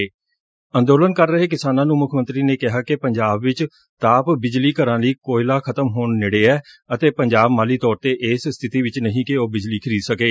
ਅੰਦੋਲਨ ਕਰ ਰਹੇ ਕਿਸਾਨਾਂ ਨੂੰ ਮੁੱਖ ਮੰਤਰੀ ਨੇ ਕਿਹਾ ਕਿ ਪੰਜਾਬ ਵਿਚ ਤਾਪ ਬਿਜਲੀ ਘਰਾਂ ਲਈ ਕੋਇਲਾ ਖਤਮ ਹੋਣ ਨੇੜੇ ਹੈ ਅਤੇ ਪੰਜਾਬ ਮਾਲੀ ਤੌਰ 'ਤੇ ਇਸ ਸਥਿਤੀ ਵਿਚ ਨਹੀ ਕਿ ਉਹ ਬਿਜਲੀ ਖਰੀਦ ਸਕੇ